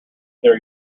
there